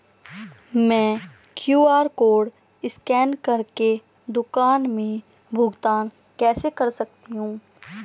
मैं QR code scan कर के दुकान में भुगतान कैसे कर सकती हूँ?